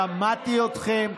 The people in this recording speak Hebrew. שמעתי אתכם.